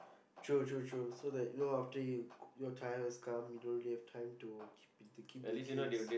true true true so that you know after you your time has come you don't really have time to keep in keep the kins